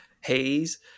haze